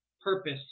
purpose